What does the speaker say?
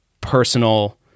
personal